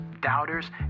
doubters